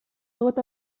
gota